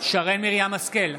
שרן מרים השכל,